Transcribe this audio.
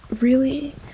really-